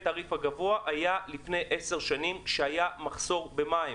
היה לפני עשר שנים כשהיה מחסור במים,